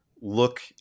look